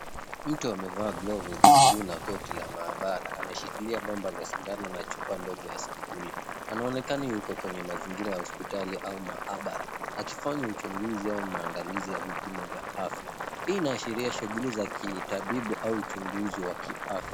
Mtu amevaa glovu za bluu na koti la maabara, anayeshikilia bomba la sindano na chupa ndogo ya sampuli. Anaonekana yuko kwenye mazingira ya hospitali au maabara, akifanya uchunguzi au maandalizi ya vipimo vya afya. Hii inaashiria shughuli za kitabibu au uchunguzi wa kiafya.